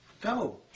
Go